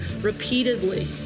repeatedly